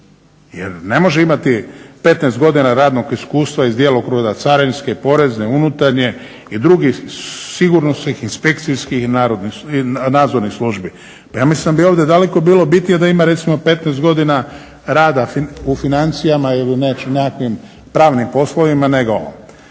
jer ne može imati 15 godina radnog iskustva iz djelokruga carinske, porezne, unutarnje i drugih sigurnosnih inspekcijskih i nadzornih službi. Pa ja mislim da bi ovdje daleko bilo bitnije da ima recimo 15 godina rada u financijama ili nekakvim pravnim poslovima nego u ovome.